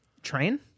Train